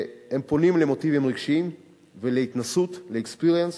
הם פונים למוטיבים רגשיים ולהתנסות, ל-experience,